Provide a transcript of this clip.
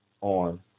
on